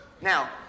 Now